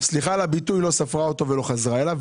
סליחה על הביטוי: היא לא ספרה אותו ולא חזרה אליו,